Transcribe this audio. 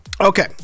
Okay